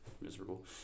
miserable